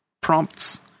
prompts